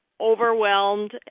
overwhelmed